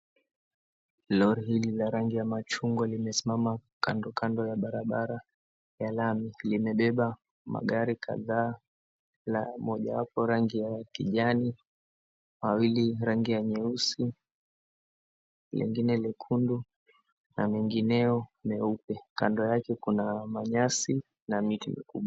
Lori lililo la rangi ya machungwa limesimama kando kando ya barabara ya lami, limebeba magari kadhaa na mojawapo rangi ya kijani, mawili rangi ya nyeusi, lengine nyekundu na lengineo leupe. Kando yake kuna manyasi na miti mikubwa.